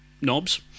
knobs